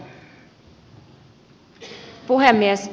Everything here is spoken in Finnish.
arvoisa puhemies